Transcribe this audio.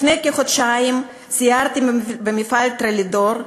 לפני כחודשיים סיירתי במפעל "טרלידור".